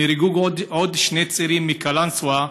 נהרגו שני צעירים מקלנסווה,